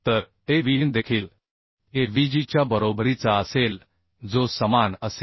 तर Avnदेखील Avg च्या बरोबरीचा असेल जो समान असेल